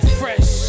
fresh